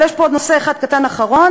יש פה עוד נושא אחד קטן אחרון,